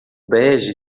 bege